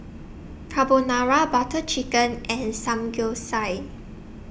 Carbonara Butter Chicken and Samgeyopsal